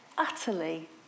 utterly